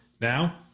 Now